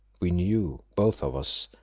we knew, both of us,